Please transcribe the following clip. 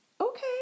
okay